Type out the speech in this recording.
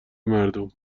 مردم